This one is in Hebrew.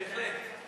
בהחלט.